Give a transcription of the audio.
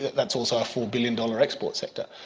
that's also a four billion-dollar export sector.